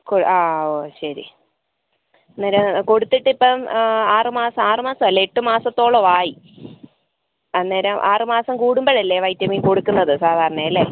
ആ ഓ ശരി അന്നേരം കൊടുത്തിട്ടിപ്പം ആറുമാസം ആറുമാസല്ല എട്ടുമാസത്തോളവായി അന്നേരം ആറുമാസം കൂടുമ്പഴല്ലേ വൈറ്റമിൻ കൊടുക്കുന്നത് സാധാരണയല്ലേ